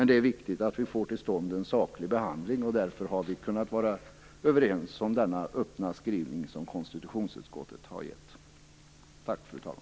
Det är viktigt att vi får till stånd en saklig behandling, och därför har vi kunnat vara överens om konstitutionsutskottets öppna skrivning.